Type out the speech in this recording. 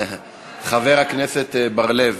חבר הכנסת בר-לב